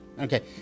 Okay